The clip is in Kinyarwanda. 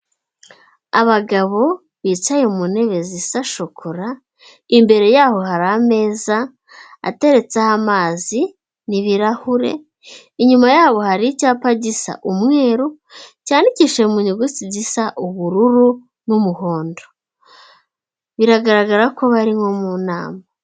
Abagabo bicaye mu ntebe zisa shokora, imbere yaho hari ameza ateretseho amazi n'ibirahure, inyuma yabo hari icyapa gisa umweru cyandikishijwe mu nyuguti zisa ubururu n'umuhondo. Biragaragara ko bari nko mu nama.